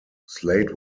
slade